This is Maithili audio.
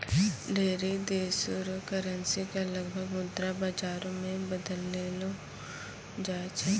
ढेरी देशो र करेन्सी क विदेशी मुद्रा बाजारो मे बदललो जाय छै